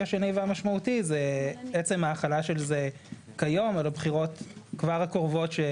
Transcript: השני והמשמעותי הוא עצם ההחלה של זה כיום על הבחירות כבר הקרובות.